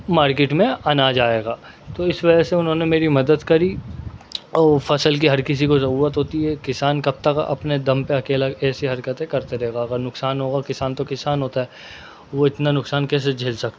market میں اناج آئے گا تو اس وجہ سے انہوں نے میری مدد کری اور فصل کی ہر کسی کو ضرورت ہوتی ہے کسان کب تک اپنے دم پہ اکیلا ایسی حرکتیں کرتا رہے گا اگر نقصان ہوگا کسان تو کسان ہوتا ہے وہ اتنا نقصان کیسے جھیل سکتا ہے